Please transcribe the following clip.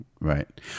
Right